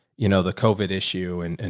you know, the covid issue and, and